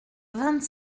vingt